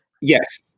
Yes